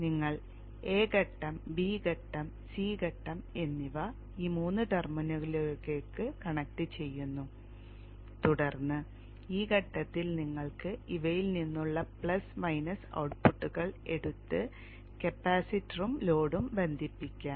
നിങ്ങൾ A ഘട്ടം B ഘട്ടം C ഘട്ടം എന്നിവ ഈ 3 ടെർമിനലുകളിലേക്ക് കണക്റ്റുചെയ്യുന്നു തുടർന്ന് ഈ ഘട്ടത്തിൽ നിങ്ങൾക്ക് ഇവയിൽ നിന്നുള്ള പ്ലസ് മൈനസ് ഔട്ട്പുട്ടുകൾ എടുത്ത് കപ്പാസിറ്ററും ലോഡും ബന്ധിപ്പിക്കാം